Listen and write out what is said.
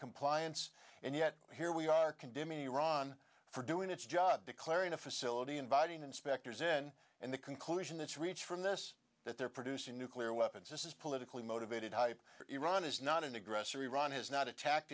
noncompliance and yet here we are condemning iran for doing its job declaring a facility inviting inspectors in and the conclusion that reach from this that they're producing nuclear weapons this is politically motivated hype iran is not an aggressor iran has not attacked